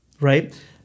right